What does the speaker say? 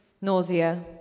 Nausea